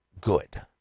good